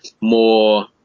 more